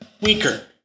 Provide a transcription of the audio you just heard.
weaker